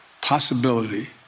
possibility